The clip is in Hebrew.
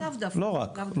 לא רק.